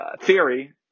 Theory